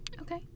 Okay